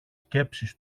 σκέψεις